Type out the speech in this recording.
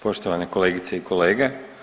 Poštovane kolegice i kolege.